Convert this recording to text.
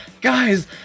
guys